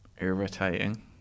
irritating